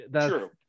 True